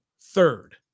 third